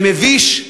זה מביש.